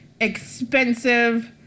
expensive